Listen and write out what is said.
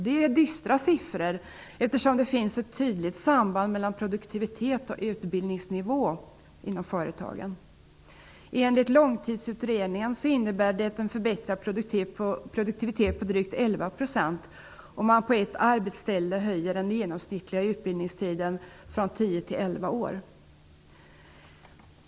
Det är dystra siffror, eftersom det finns ett tydligt samband mellan produktivitet och utbildningsnivå inom företagen. Enligt Långtidsutredningen innebär det en förbättrad produktivitet på drygt 11 % om man på ett arbetsställe höjer den genomsnittliga utbildningstiden från tio till elva år.